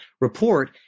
report